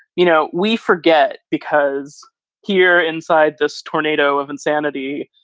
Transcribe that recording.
you know, we forget because here inside this tornado of insanity,